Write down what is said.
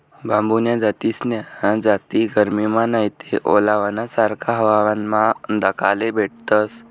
बांबून्या जास्तीन्या जाती गरमीमा नैते ओलावाना सारखा हवामानमा दखाले भेटतस